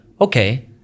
okay